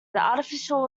artificial